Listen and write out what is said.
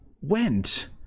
went